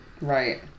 Right